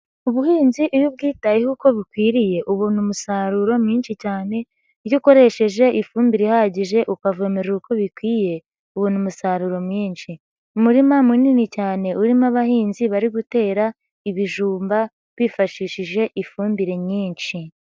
Ubuhinzi iyo ubyitayeho uko bikwiriye ubona umusaruro mwinshi cyane, iyo ukoresheje ifumbire ihagije, ukavomere uko bikwiye ubona umusaruro mwinshi. Umurima munini cyane urimo abahinzi bari gutera ibijumba bifashishije ifumbire nyinshi.